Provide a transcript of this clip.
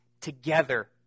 together